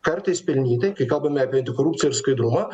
kartais pelnytai kai kalbam apie antikorupciją ir skaidrumą